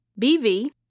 BV